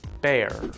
bear